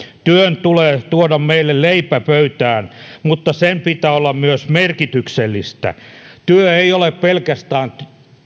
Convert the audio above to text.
työn tulee tuoda meille leipä pöytään mutta sen pitää olla myös merkityksellistä työ ei ole pelkästään